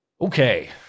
Okay